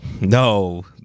No